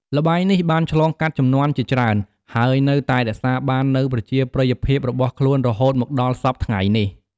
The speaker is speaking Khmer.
ល្បែងនេះបានឆ្លងកាត់ជំនាន់ជាច្រើន ហើយនៅតែរក្សាបាននូវប្រជាប្រិយភាពរបស់ខ្លួនរហូតមកដល់សព្វថ្ងៃនេះ។